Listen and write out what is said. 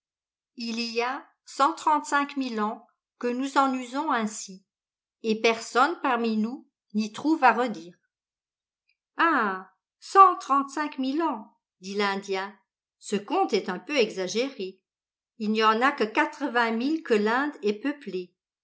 il y a cent trente-cinq mille ans que nous en usons ainsi et personne parmi nous n'y trouve à redire ah cent trente-cinq mille ans dit l'indien ce compte est un peu exagéré il n'y en a que quatre-vingt mille que l'inde est peuplée